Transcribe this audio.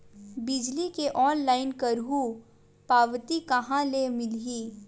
बिजली के ऑनलाइन करहु पावती कहां ले मिलही?